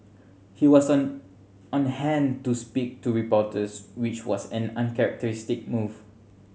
he was on on hand to speak to reporters which was an uncharacteristic move